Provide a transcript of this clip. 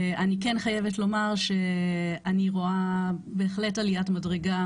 אני כן חייבת לומר שאני רואה בהחלט עליית מדרגה